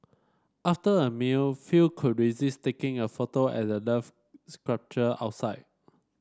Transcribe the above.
after a meal few could resist taking a photo at the Love sculpture outside